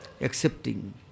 accepting